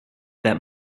that